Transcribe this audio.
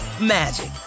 magic